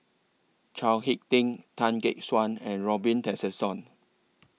Chao Hick Tin Tan Gek Suan and Robin Tessensohn